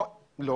לא.